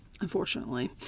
unfortunately